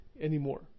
anymore